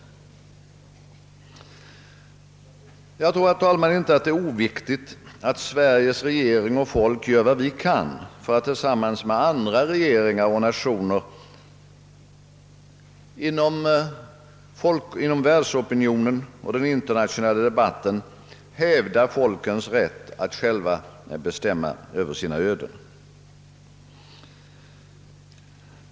Jag tror, herr talman, inte att det är oviktigt att Sveriges regering och folk gör vad vi kan för att tillsammans med andra regeringar och nationer inom världsopinionen och i den internationella debatten hävda folkens rätt att själva bestämma över sina öden.